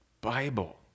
Bible